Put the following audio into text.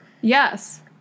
Yes